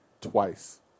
twice